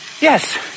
Yes